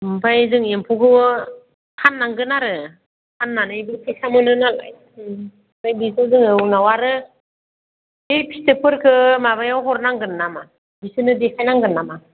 आमफ्राय जों एम्फौखौ फान्नांगोन आरो फाननानै बेजों फैसा मोनो नालाय उम आमफ्राय बेखौ जोङो उनाव आरो बे फिथोबफोरखो माबायाव हरनांगोन नामा बिसोरनो देखायनांगोन नामा